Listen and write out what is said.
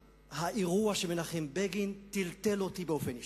האירוע של מנחם בגין טלטל אותי באופן אישי.